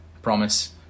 promise